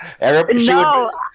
No